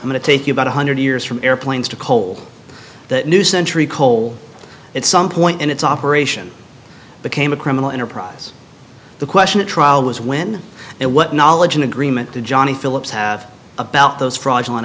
i'm going to take you about one hundred years from airplanes to coal that new century coal at some point and its operation became a criminal enterprise the question at trial was when and what knowledge and agreement to johnny phillips have about those fraudulent